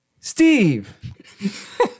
Steve